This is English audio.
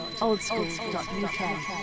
oldschool.uk